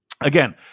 Again